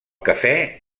cafè